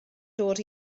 dod